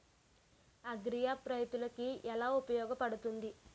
Agri app రైతులకి ఏలా ఉపయోగ పడుతుంది?